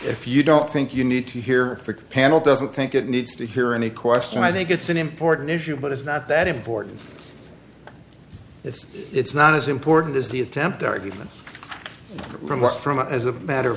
if you don't think you need to hear the panel doesn't think it needs to hear any question i think it's an important issue but it's not that important it's it's not as important as the attempt argument reluctant as a matter of